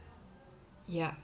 ya